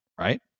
right